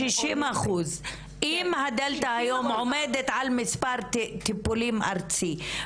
אם הדלתא היום עומדת על מספר טיפולים ארצי,